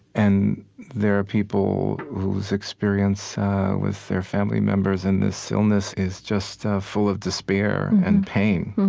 and there are people whose experience with their family members in this illness is just ah full of despair and pain.